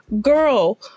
girl